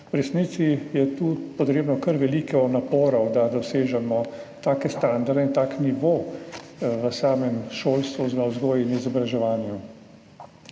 v resnici je tu potrebnih kar veliko naporov, da dosežemo take standarde in tak nivo v samem šolstvu oziroma v vzgoji in izobraževanju.